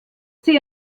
sie